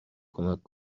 کمک